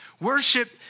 Worship